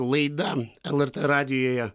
laida lrt radijuje